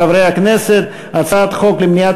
של קבוצת חד"ש וקבוצת מרצ.